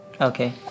Okay